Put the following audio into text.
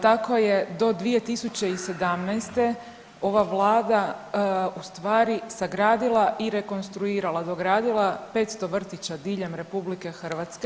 Tako je do 2017. ova vlada ustvari sagradila i rekonstruirala, dogradila 500 vrtića diljem RH.